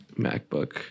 MacBook